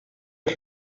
els